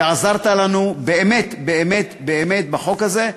ועזרת לנו באמת באמת באמת בחוק הזה.